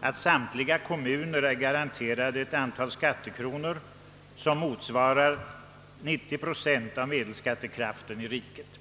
att samtliga kommuner är garanterade det antal skattekronor, som motsvarar 90 procent av medelskattekraften i riket.